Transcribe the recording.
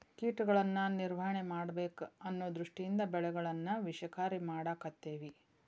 ಕೇಟಗಳನ್ನಾ ನಿರ್ವಹಣೆ ಮಾಡಬೇಕ ಅನ್ನು ದೃಷ್ಟಿಯಿಂದ ಬೆಳೆಗಳನ್ನಾ ವಿಷಕಾರಿ ಮಾಡಾಕತ್ತೆವಿ